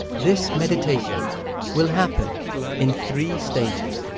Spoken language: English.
this meditation will happen in three stages.